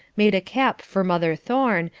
made a cap for mother thorne,